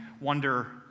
wonder